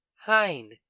hein